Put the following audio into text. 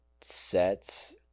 sets